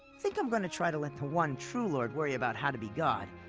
think i'm going to try to let the one true lord worry about how to be god.